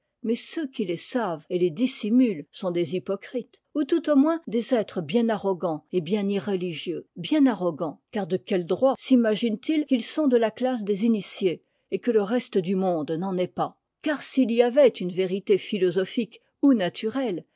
mais ceux qui les savent et les dissimulent sont des hypocrites ou tout au moins des êtres bien arrogants et bien irréligieux bien arrogants car de quel droit simaginent ils qu'ils sont de la classe des initiés et que le reste du monde n'en est pas bien irréligieux car s'il y avait une vérité philosophique ou naturelle